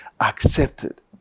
accepted